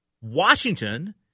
Washington